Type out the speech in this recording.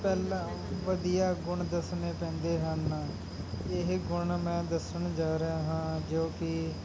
ਪਹਿਲਾਂ ਵਧੀਆ ਗੁਣ ਦੱਸਣੇ ਪੈਂਦੇ ਹਨ ਇਹ ਗੁਣ ਮੈਂ ਦੱਸਣ ਜਾ ਰਿਹਾ ਹਾਂ ਜੋ ਕਿ